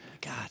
God